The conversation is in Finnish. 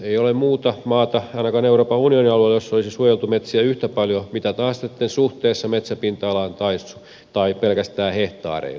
ei ole muuta maata ainakaan euroopan unionin alueella jossa olisi suojeltu metsiä yhtä paljon mitataan sitten suhteessa metsäpinta alaan tai pelkästään hehtaareilla